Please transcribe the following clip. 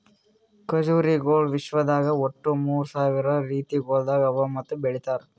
ಖಜುರಿಗೊಳ್ ವಿಶ್ವದಾಗ್ ಒಟ್ಟು ಮೂರ್ ಸಾವಿರ ರೀತಿಗೊಳ್ದಾಗ್ ಅವಾ ಮತ್ತ ಬೆಳಿತಾರ್